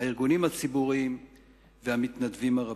הארגונים הציבוריים והמתנדבים הרבים.